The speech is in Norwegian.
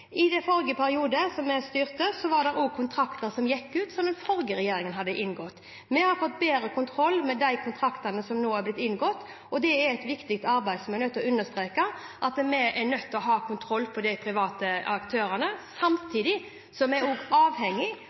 I den forrige perioden vi styrte, var det også kontrakter som gikk ut, og som den forrige regjeringen hadde inngått. Vi har fått bedre kontroll med de kontraktene som nå er blitt inngått. Det er et viktig arbeid, og vi vil understreke at vi er nødt til å ha kontroll på de private aktørene. Samtidig er vi også avhengige av de private aktørene, som leverer gode tjenester til de barna og